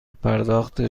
پرداخت